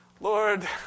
Lord